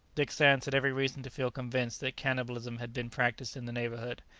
dick sands had every reason to feel convinced that cannibalism had been practised in the neighbourhood,